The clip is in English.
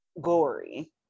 gory